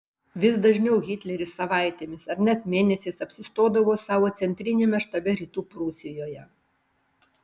vis dažniau hitleris savaitėmis ar net mėnesiais apsistodavo savo centriniame štabe rytų prūsijoje